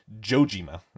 Jojima